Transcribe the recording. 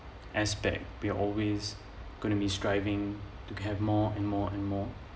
aspect we're always gonna be striving to have more and more and more